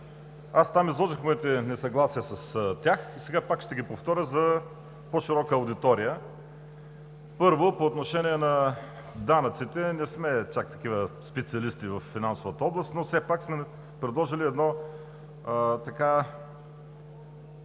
Аз там изложих своите несъгласия с тях и сега пак ще ги повторя за по-широката аудитория. Първо, по отношение на данъците – не сме чак такива специалисти във финансовата област, но все пак сме предложили едно,